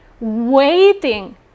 waiting